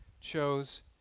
Chose